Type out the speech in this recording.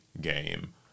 game